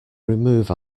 remove